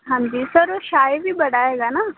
ਹਾਂਜੀ ਸਰ ਉਹ ਸਾਏ ਬੜਾ ਹੈਗਾ ਨਾ